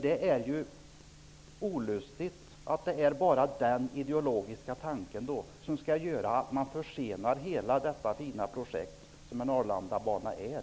Det är i så fall olustigt att det är bara den ideologiska tanken som är orsaken till att man försenar hela det fina projekt som en Arlandabana är.